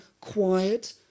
quiet